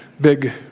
big